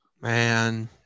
Man